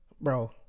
bro